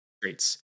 streets